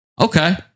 okay